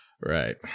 Right